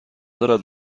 دارد